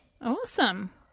Awesome